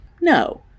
No